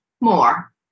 more